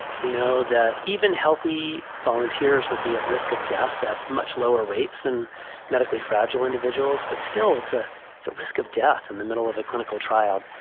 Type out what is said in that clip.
we know that even healthy volunteers would be at risk of death at much lower rates than medically fragile individuals. but still, it's a it's a risk of death in the middle of a clinical trial.